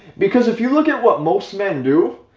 because if you look at what most men do,